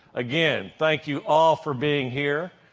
again, thank you all for being here.